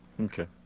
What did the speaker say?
Okay